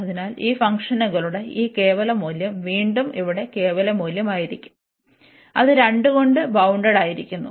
അതിനാൽ ഈ ഫംഗ്ഷനുകളുടെ ഈ കേവല മൂല്യം വീണ്ടും ഇവിടെ കേവല മൂല്യമായിരിക്കും അത് 2 കൊണ്ട് ബൌൺഡ്ടായിരിക്കുന്നു